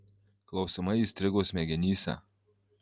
klausimai įstrigo smegenyse